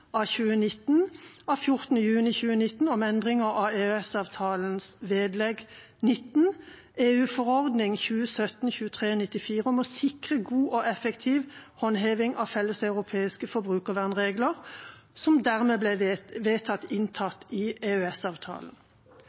av 14. juni 2019 om endringer av EØS-avtalens vedlegg XIX. EU-forordning 2017/2394 om å sikre god og effektiv håndheving av felleseuropeiske forbrukervernregler ble dermed vedtatt inntatt i